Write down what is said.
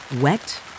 wet